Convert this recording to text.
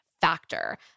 Factor